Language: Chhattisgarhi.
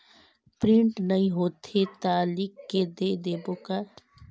प्रिंट नइ होथे ता लिख के दे देबे का?